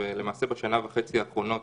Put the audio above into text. למעשה, בשנה וחצי האחרונות